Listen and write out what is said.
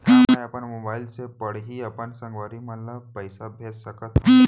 का मैं अपन मोबाइल से पड़ही अपन संगवारी मन ल पइसा भेज सकत हो?